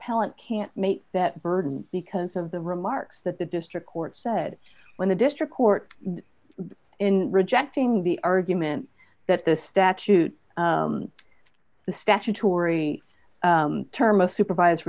appellant can't meet that burden because of the remarks that the district court said when the district court in rejecting the argument that the statute the statutory term a supervise